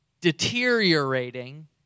deteriorating